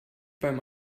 beim